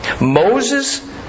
Moses